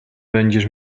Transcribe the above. będziesz